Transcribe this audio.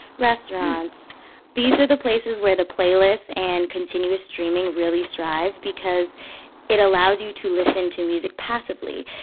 restaurants these are the places where the playlists and continuous streaming really strive because it allows you to listen to music passively.